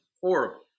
Horrible